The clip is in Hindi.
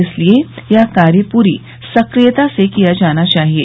इसलिये यह कार्य पूरी सक्रियता से किया जाना चाहिये